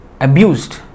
abused